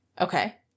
Okay